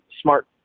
Smart